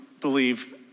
believe